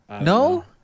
No